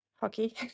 hockey